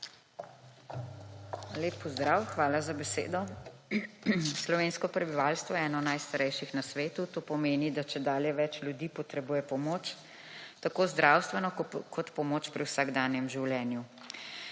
Lep pozdrav, hvala za besedo. Slovensko prebivalstvo je eno najstarejših na svetu, to pomeni, da čedalje več ljudi potrebuje pomoč, tako zdravstveno, kot pomoč pri vsakdanjem življenju.